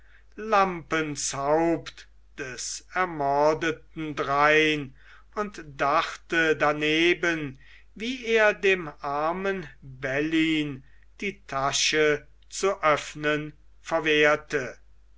lampens haupt des ermordeten drein und dachte daneben wie er dem armen bellyn die tasche zu öffnen verwehrte